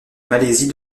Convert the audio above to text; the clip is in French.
malaisie